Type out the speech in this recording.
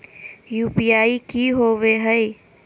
UPI की होवे हय?